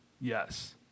Yes